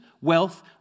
wealth